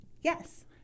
Yes